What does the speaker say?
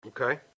okay